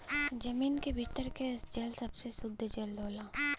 जमीन क भीतर के जल सबसे सुद्ध जल होला